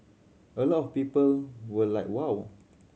a lot of people were like wow